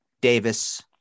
Davis